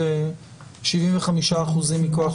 שזה סכום הבסיס